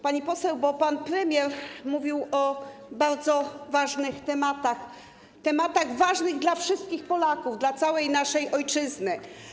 Pani poseł, bo pan premier mówił o bardzo ważnych tematach, tematach ważnych dla wszystkich Polaków, dla całej naszej ojczyzny.